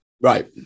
Right